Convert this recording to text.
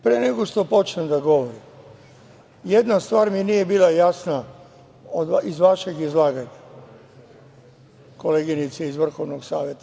Pre nego što počnem da govorim, jedna stvar mi nije bila jasna iz vašeg izlaganja, koleginice iz VSS.